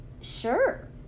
Sure